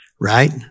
right